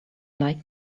like